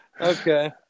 Okay